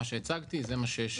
מה שהצגתי זה מה שיש